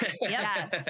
Yes